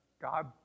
God